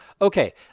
Okay